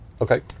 Okay